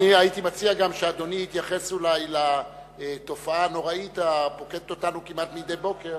הייתי מציע שאדוני יתייחס לתופעה הנוראית שפוקדת אותנו כמעט מדי בוקר